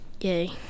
Yay